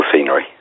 scenery